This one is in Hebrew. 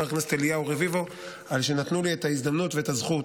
הכנסת אליהו רביבו על שנתנו לי את ההזדמנות ואת הזכות